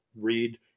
read